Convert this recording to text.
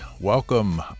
welcome